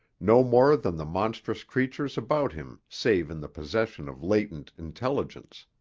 no more than the monstrous creatures about him save in the possession of latent intelligence.